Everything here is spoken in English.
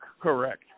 correct